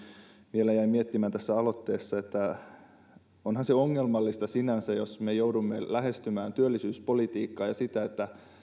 vielä jäin miettimään tässä aloitteessa sitä että onhan se ongelmallista sinänsä että me joudumme lähestymään työllisyyspolitiikkaa ja sitä